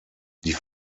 die